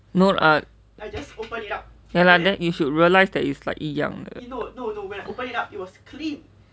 no eh ya lah then you should realise that it's like 一样的